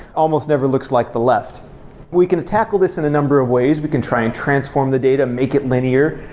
almost never looks like the left we can tackle this in a number of ways. we can try and transform the data and make it linear.